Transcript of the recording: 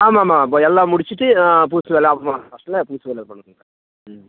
ஆமாம்மா எல்லாம் முடிச்சிவிட்டு ஆ பூசு வேலை பூசுகிற வேலை பண்ணுங்கள் ம்